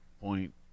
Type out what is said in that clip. point